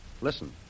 Listen